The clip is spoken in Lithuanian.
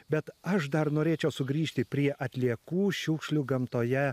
bet aš dar norėčiau sugrįžti prie atliekų šiukšlių gamtoje